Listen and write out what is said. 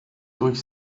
durch